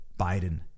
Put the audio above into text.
Biden